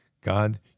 God